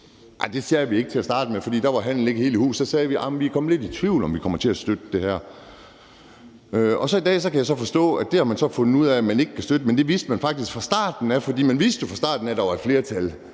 Nej, det sagde vi ikke til at starte med, for da var handlen ikke helt i hus. Da sagde vi: Vi er kommet lidt i tvivl om, om vi kommer til at støtte det. Og i dag kan jeg så forstå, at man har fundet ud af, at man ikke kan støtte det. Men det vidste man faktisk fra starten af, fordi man jo fra starten af vidste, at der var et flertal